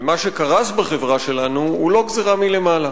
ומה שקרס בחברה שלנו הוא לא גזירה מלמעלה.